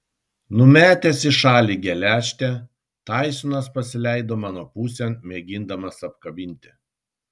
numetęs į šalį geležtę taisonas pasileido mano pusėn mėgindamas apkabinti